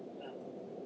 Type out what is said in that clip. mm